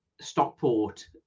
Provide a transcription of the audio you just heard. Stockport